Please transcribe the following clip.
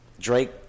Drake